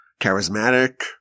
charismatic